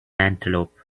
antelope